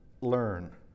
learn